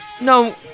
no